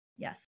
Yes